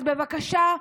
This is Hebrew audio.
אז בבקשה,